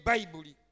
Bible